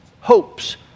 hopes